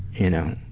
you know,